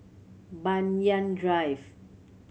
Banyan Drive